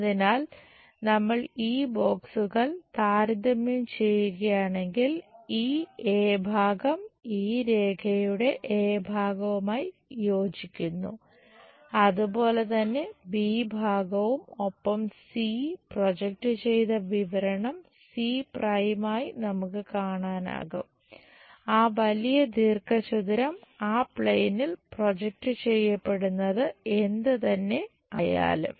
അതിനാൽ നമ്മൾ ഈ ബോക്സുകൾ ചെയ്യപ്പെടുന്നത് എന്ത് തന്നെ ആയാലും